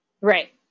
Right